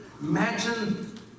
imagine